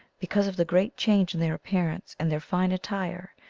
because of the great change in their appearance and their fine attire,